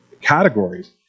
categories